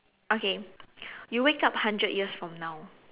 okay you wake up hundred years from now